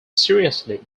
seriously